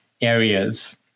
areas